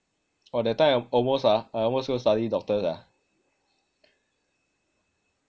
orh that type almost ah I almost go study doctor sia